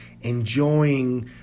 enjoying